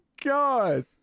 god